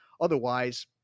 Otherwise